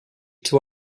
two